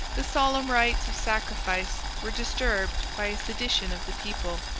the solemn rites of sacrifice were disturbed by a sedition of the people.